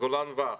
גולן ואך.